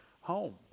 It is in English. home